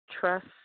Trust